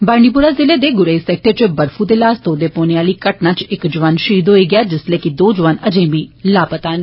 बांडीपोरा जिले दे गुरेज़ सेक्टर च बर्फू दे लास तौदे पौने आली इक घटना च इक जुआन शहीद होई गेआ जिसलै कि दो जुआन अजें बी लापता न